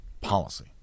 policy